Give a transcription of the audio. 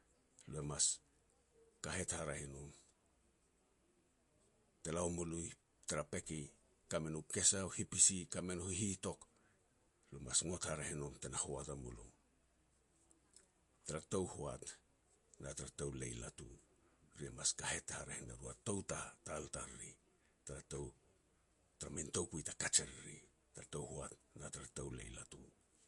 lo e mas kahet haraeh e nom, te la ua mulo tara peke, kame no kesa u hipisi, kame me no hihitok, le mas ngot haraeh i nom te na hoat ua mulo. Tara tou hoat na tara tou lei latu, ri mas kahet haraeh ne ru a tou tatal i tariri, tara tou, tara min toukui te kaj e riri, tara tou hoat, na tara tou la i latu.